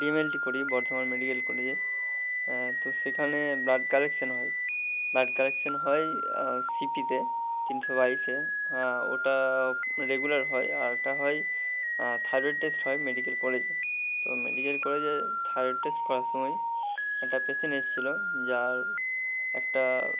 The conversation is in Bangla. ডি এম এলটি করি বর্ধমান মেডিকেল কলেজে তো সেখানে ব্লাড কালেকশান হয় ব্লাড কালেকশান হয় সি পিতে তিনশো বাইশে ওটা রেগুলার হয় আরেকটা হয় থাইরয়েড টেস্ট হয় মেডিকেল কলেজে তো মেডিকেল কলেজে থাইরয়েড টেস্ট করার সময় একটা পেসেন্ট এসছিলো যার একটা